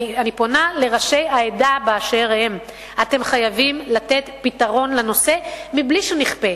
אני פונה לראשי העדה באשר הם: אתם חייבים לתת פתרון לנושא מבלי שנכפה.